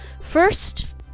first